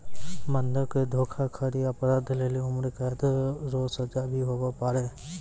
बंधक धोखाधड़ी अपराध लेली उम्रकैद रो सजा भी हुवै पारै